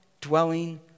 dwelling